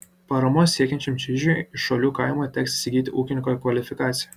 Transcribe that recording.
paramos siekiančiam čižiui iš šolių kaimo teks įsigyti ūkininko kvalifikaciją